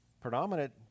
predominant